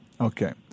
Okay